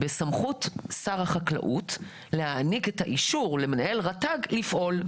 בסמכות שר החקלאות להעניק את האישור למנהל רת"ג לפעול,